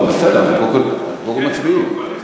לא, בסדר, אבל קודם כול מצביעים.